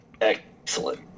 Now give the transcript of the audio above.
excellent